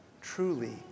truly